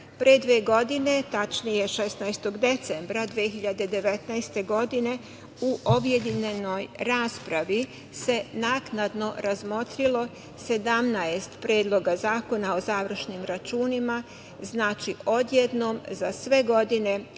dve godine, tačnije 16. decembra 2019. godine u objedinjenoj raspravi se naknadno razmotrilo 17 predloga zakona o završnim računima. Znači, odjednom za sve godine